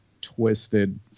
twisted